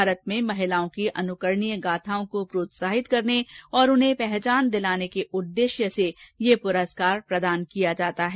भारत में महिलाओं की अनुकरणीय गाथाओं को प्रोत्साहित करने और उन्हें पहचान दिलाने के उद्देश्य से यह पुरस्कार प्रदोन किया जाता है